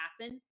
happen